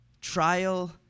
trial